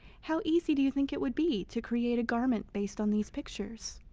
how easy do you think it would be to create a garment based on these pictures?